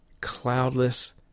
cloudless